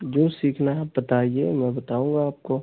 जो सीखना है बताइए मैं बताऊँगा आपको